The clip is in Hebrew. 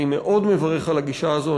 אני מאוד מברך על הגישה הזאת.